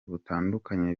butandukanye